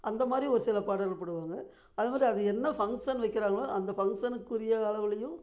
அந்தமாதிரி ஒருசில பாடல்கள் போடுவாங்க அதைமாரி அது என்ன ஃபங்ஸன் வைக்கிறாங்களோ அந்த ஃபங்ஸஷனுக்குரிய அளவிலையும்